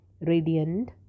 radiant